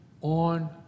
on